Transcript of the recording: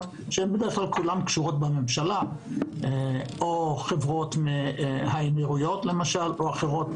שבדרך כלל קשורות בממשלה או חברות מהאמירויות או אחרות.